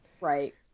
Right